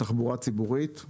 בתחבורה ציבורית,